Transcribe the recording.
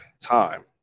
time